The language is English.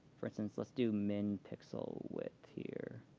for instance, let's do minpixel width here.